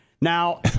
Now